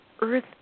Earth